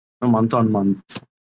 month-on-month